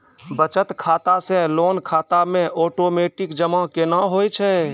बचत खाता से लोन खाता मे ओटोमेटिक जमा केना होय छै?